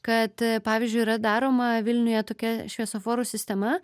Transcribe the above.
kad pavyzdžiui yra daroma vilniuje tokia šviesoforų sistema